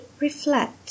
reflect